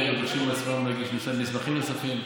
והם מבקשים בעצמם להגיש מסמכים נוספים,